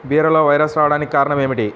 బీరలో వైరస్ రావడానికి కారణం ఏమిటి?